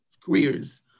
careers